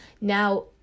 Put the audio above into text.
Now